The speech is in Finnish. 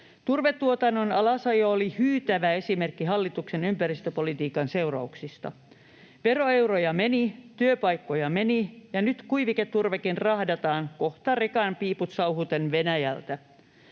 Turvetuotannon alasajo oli hyytävä esimerkki hallituksen ympäristöpolitiikan seurauksista: veroeuroja meni, työpaikkoja meni, ja nyt kuiviketurvekin rahdataan kohta rekan piiput sauhuten Venäjältä.